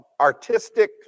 artistic